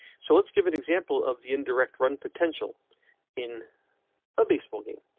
so let's give an example of the indirect run potential in a baseball game.